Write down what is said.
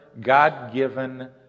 God-given